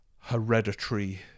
hereditary